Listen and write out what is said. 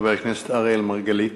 חבר הכנסת אראל מרגלית.